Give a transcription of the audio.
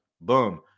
Boom